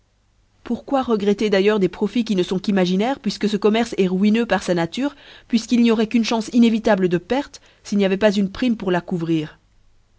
pourquoi regretter d'ailleurs des profits qui ne font qu'imaginaires puifque ce commerce eil ruineux par fa nature puifqu'il n'y auroit qu'une chance inévitable de perte s'il n'y avoit pas une prime pour la couvrir